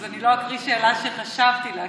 אז אני לא אקריא שאלה שחשבתי להקריא.